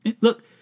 Look